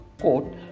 quote